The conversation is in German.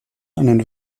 einen